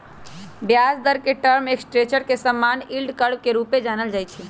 ब्याज दर के टर्म स्ट्रक्चर के समान्य यील्ड कर्व के रूपे जानल जाइ छै